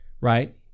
right